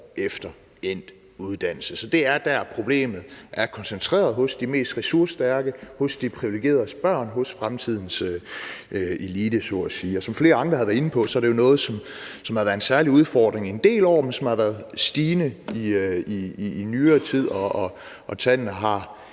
efter endt uddannelse. Så det er der, problemet er koncentreret, altså hos de mest ressourcestærke, hos de privilegeredes børn, hos fremtidens elite, så at sige. Og som flere andre har været inde på, er det jo noget, som har været en særlig udfordring i en del år, men dimittendledigheden har været stigende i nyere tid. Og tallene har